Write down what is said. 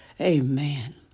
Amen